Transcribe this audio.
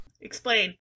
Explain